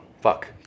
Fuck